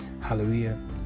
Hallelujah